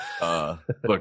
Look